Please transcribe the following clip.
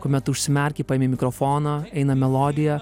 kuomet tu užsimerki paėmi mikrofoną eina melodija